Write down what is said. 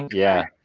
yeah.